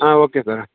ಹಾಂ okay sir